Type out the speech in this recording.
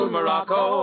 Morocco